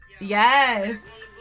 Yes